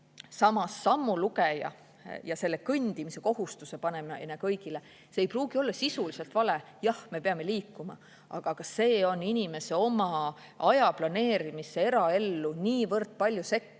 Samas, sammulugeja ja kõndimise kohustuse panemine kõigile ei pruugi olla sisuliselt vale. Jah, me peame liikuma. Aga see on inimese oma aja planeerimisse, eraellu niivõrd palju sekkuv,